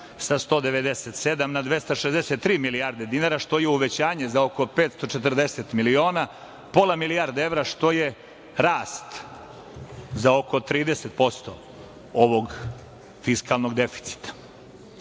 sa 197 na 263 milijardi dinara, što je i uvećanje za oko 540 miliona, pola milijarde evra, što je rast za oko 30% ovog fiskalnog deficita. Budžetski